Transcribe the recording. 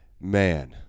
Man